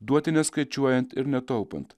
duoti neskaičiuojant ir netaupant